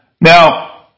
Now